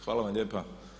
Hvala vam lijepa.